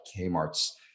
Kmart's